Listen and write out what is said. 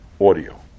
audio